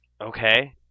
Okay